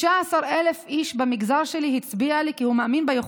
19,000 איש במגזר שלי הצביעו לי כי הם מאמינים לי,